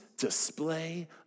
display